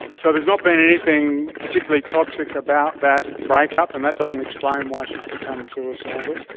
so there's not been anything particularly toxic about that breakup and that doesn't explain why she's become suicidal.